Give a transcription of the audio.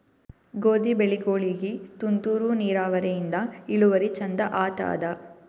ಗೋಧಿ ಬೆಳಿಗೋಳಿಗಿ ತುಂತೂರು ನಿರಾವರಿಯಿಂದ ಇಳುವರಿ ಚಂದ ಆತ್ತಾದ?